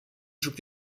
schlug